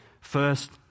first